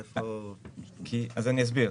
אסביר.